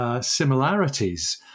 Similarities